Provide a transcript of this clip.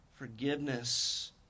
Forgiveness